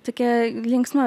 tokia linksma